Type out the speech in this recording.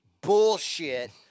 bullshit